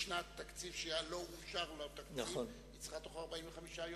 ובשנת תקציב שלא אושר בה תקציב היא צריכה בתוך 45 יום,